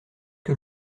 que